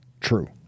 True